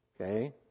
Okay